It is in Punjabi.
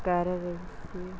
ਕਰ ਰਹੀ ਸੀ